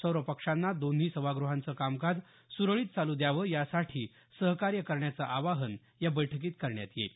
सर्व पक्षांना दोन्ही सभागृहांचं कामकाज सुरळीत चालू द्यावं यासाठी सहकार्य करण्याचं आवाहन या बैठकीत करण्यात येईल